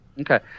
okay